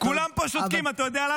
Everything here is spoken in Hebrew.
לא, תודה רבה.